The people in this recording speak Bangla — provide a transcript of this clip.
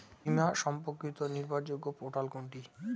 বীমা সম্পর্কিত নির্ভরযোগ্য পোর্টাল কোনটি?